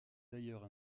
d’ailleurs